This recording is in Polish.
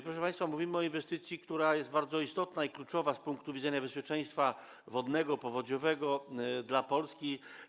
Proszę państwa, mówimy o inwestycji, która jest bardzo istotna i kluczowa z punktu widzenia bezpieczeństwa wodnego, powodziowego dla Polski.